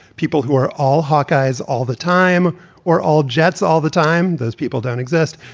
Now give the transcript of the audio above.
people who are all hawkeye's all the time or all jets' all the time. those people don't exist